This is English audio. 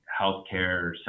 healthcare